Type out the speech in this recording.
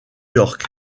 york